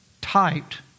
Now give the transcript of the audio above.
typed